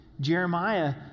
Jeremiah